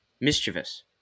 Mischievous